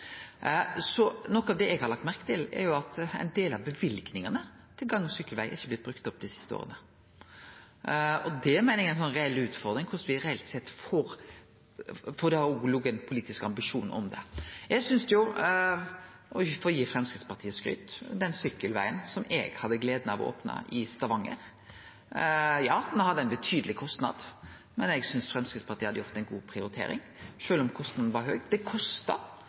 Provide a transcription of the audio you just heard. Noko av det eg har lagt merke til, er at ein del av løyvingane til gang- og sykkelveg ikkje er blitt brukte opp dei siste åra. Det meiner eg er ei reell utfordring, korleis me reelt sett får det til, for det har òg vore ein politisk ambisjon om det. Eg vil få gi Framstegspartiet skryt for den sykkelvegen som eg hadde gleda av å opne i Stavanger. Ja, han hadde ein betydeleg kostnad, men eg synest Framstegspartiet hadde gjort ei god prioritering, sjølv om kostnaden var høg. Det